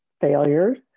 failures